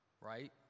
right